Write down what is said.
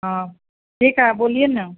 हाँ ठीक है बोलिए ना